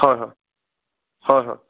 হয় হয় হয় হয়